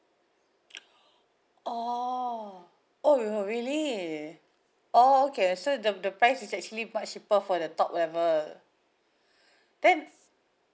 orh oh really orh okay so the the price is actually much cheaper for the top level then